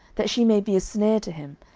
that she may be a snare to him,